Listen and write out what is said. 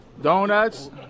Donuts